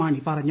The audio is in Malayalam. മാണി പറഞ്ഞു